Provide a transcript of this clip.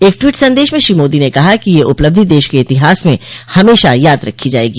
एक ट्वीट संदेश में श्री मोदी ने कहा कि यह उपलब्धि देश के इतिहास में हमेशा याद रखी जाएगी